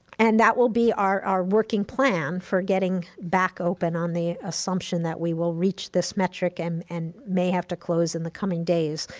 and that will be our our working plan for getting back open on the assumption that we will reach this metric and and may have to close in the coming days.